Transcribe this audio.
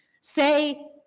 say